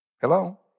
Hello